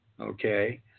Okay